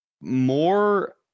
more